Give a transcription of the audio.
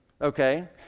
Okay